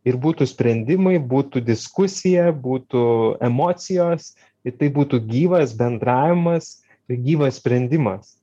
ir būtų sprendimai būtų diskusija būtų emocijos ir tai būtų gyvas bendravimas ir gyvas sprendimas